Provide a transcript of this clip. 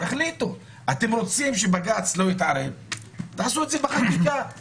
אם אתם רוצים שבג"ץ לא יתערב אז תעשו את זה בחקיקה.